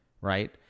right